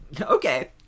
Okay